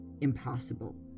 impossible